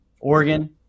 Oregon